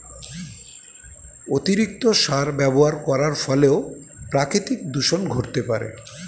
অতিরিক্ত সার ব্যবহার করার ফলেও প্রাকৃতিক দূষন ঘটতে পারে